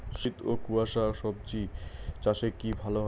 শীত ও কুয়াশা স্বজি চাষে কি ভালো?